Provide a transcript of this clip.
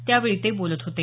त्यावेळी ते बोलत होते